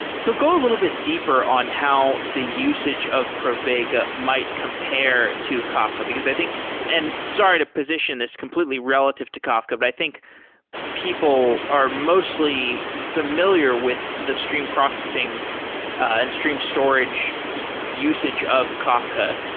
so go a little bit deeper on how the usage of pravega might compare to kafka, because i think and sorry to position this completely relative to kafka, but i think people are mostly familiar with the streamed processing and streamed storage usage of kafka.